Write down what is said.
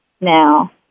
now